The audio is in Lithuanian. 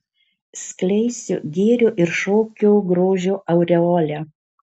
skleisiu gėrio ir šokio grožio aureolę